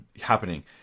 happening